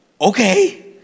Okay